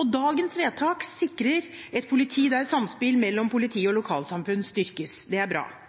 Og dagens vedtak sikrer et politi der samspill mellom politi og lokalsamfunn styrkes. Det er bra.